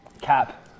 cap